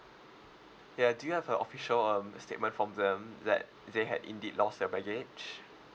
ya do you have a official um statement from them that they had indeed lost your baggage